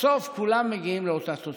בסוף כולם מגיעים לאותה תוצאה: